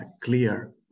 clear